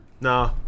Nah